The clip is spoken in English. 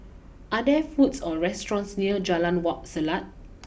are there food or restaurants near Jalan Wak Selat